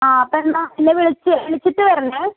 ആ അപ്പെന്നാൽ എന്നെ വിളിച്ച് വിളിച്ചിട്ട് വരണേ